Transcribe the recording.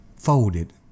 folded